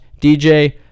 DJ